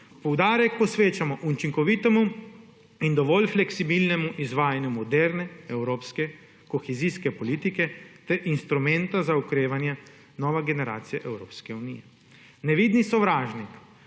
Poudarek posvečamo učinkovitemu in dovolj fleksibilnemu izvajanju moderne evropske kohezijske politike ter instrumenta za okrevanje nove generacije Evropske unije. Nevidni sovražnik